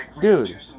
Dude